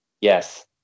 Yes